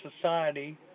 society